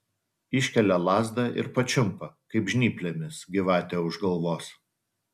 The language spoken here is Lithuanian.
iškelia lazdą ir pačiumpa kaip žnyplėmis gyvatę už galvos